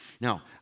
Now